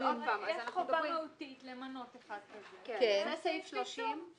חובה למנות אחד כזה ויש סעיף עיצום.